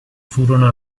furono